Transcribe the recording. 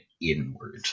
inward